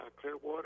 Clearwater